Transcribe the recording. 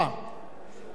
אנחנו חייבים,